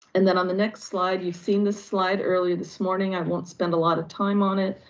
and then on the next slide, you've seen this slide earlier this morning. i won't spend a lot of time on it.